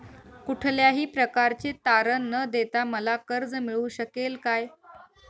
कुठल्याही प्रकारचे तारण न देता मला कर्ज मिळू शकेल काय?